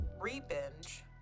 re-binge